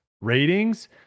ratings